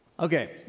Okay